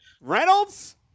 reynolds